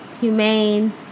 humane